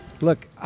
Look